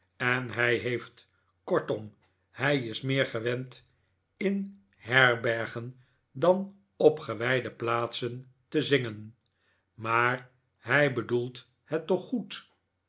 en hij heeft kortom hij is meer gewend in herbergen dan op gewijde plaatsen te zingen maar hij bedoelt het toch goed